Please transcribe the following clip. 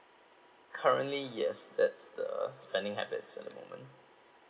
currently yes that's the spending habits at the moment